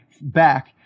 back